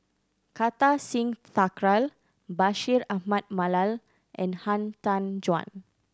Kartar Singh Thakral Bashir Ahmad Mallal and Han Tan Juan